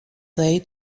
they